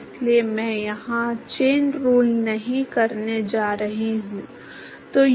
और इसलिए हमारे पास है अब हमारे पास टेबल हैं जो आपको ये नंबर देती हैं यह आपके टेक्स्ट में है और यह अन्य संदर्भों में भी है